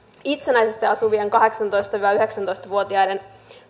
itsenäisesti asuvien kahdeksantoista viiva yhdeksäntoista vuotiaiden